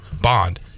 Bond